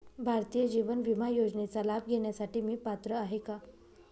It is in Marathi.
भारतीय जीवन विमा योजनेचा लाभ घेण्यासाठी मी पात्र आहे का?